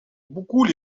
beaucoup